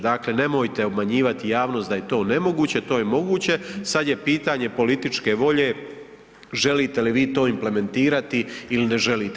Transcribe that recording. Dakle nemojte obmanjivati javnost da je to nemoguće, to je moguće, sada je pitanje političke volje želite li vi to implementirati ili ne želite.